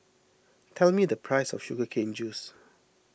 tell me the price of Sugar Cane Juice